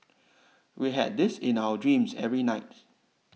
we had this in our dreams every night